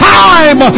time